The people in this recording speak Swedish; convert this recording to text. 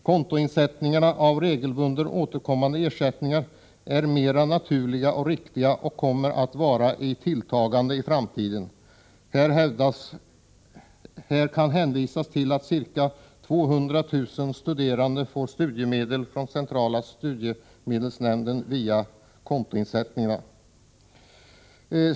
Kontoinsättningar av regelbundet återkommande ersättningar är mer naturliga och riktiga och kommer att tillta i framtiden. Här kan man hänvisa till att ca 200 000 studerande får studiemedel från centrala studiemedelsnämnden via kontoinsättningar.